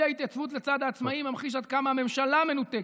אי-ההתייצבות לצד העצמאים ממחישה עד כמה הממשלה מנותקת,